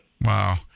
Wow